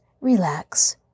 relax